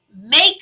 Make